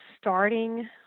starting